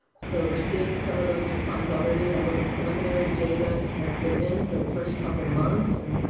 so we're seeing some of those declines already. a little preliminary data has been in for the first couple months and,